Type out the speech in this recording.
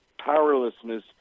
powerlessness